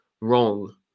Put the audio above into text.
wrong